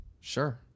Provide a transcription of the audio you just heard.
Sure